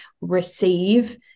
receive